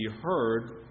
heard